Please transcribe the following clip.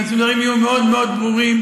ואני רוצה שהדברים יהיו מאוד מאוד ברורים,